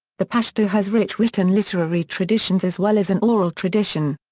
the pashto has rich written literary traditions as well as an oral tradition.